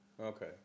Okay